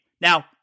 Now